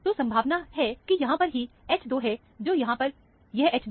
तो संभावना है कि यहां पर ही है H2 है जो यहां पर यह H2 है